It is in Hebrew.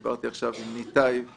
דיברתי עכשיו עם פרופסור